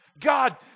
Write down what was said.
God